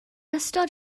ystod